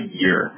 year